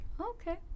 Okay